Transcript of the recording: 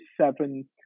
seven